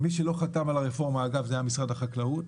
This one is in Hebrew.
מי שלא חתם עליה היה משרד החקלאות.